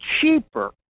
cheaper